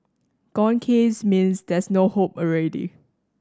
gone case means there's no more hope already